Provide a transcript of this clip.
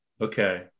Okay